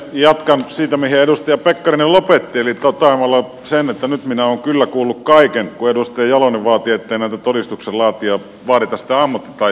jatkan siitä mihin edustaja pekkarinen lopetti toteamalla sen että nyt minä olen kyllä kuullut kaiken kun edustaja jalonen vaati ettei näiltä todistuksen laatijoilta vaadita sitä ammattitaitoa